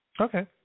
Okay